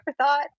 thought